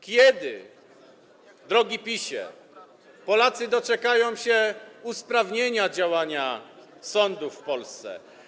Kiedy, drogi PiS-ie, Polacy doczekają się usprawnienia działania sądów w Polsce?